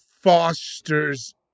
Foster's